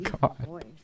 god